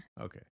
Okay